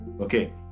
okay